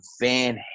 Van